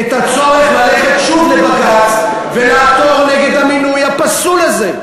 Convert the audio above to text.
את הצורך ללכת שוב לבג"ץ ולעתור נגד המינוי הפסול הזה.